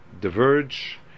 diverge